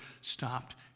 stopped